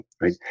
right